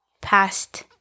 past